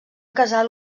casal